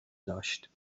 داشت